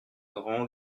grand